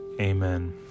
amen